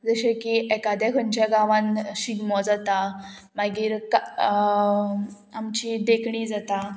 जशें की एकाद्या खंयच्या गांवांत शिगमो जाता मागीर आमची देखणी जाता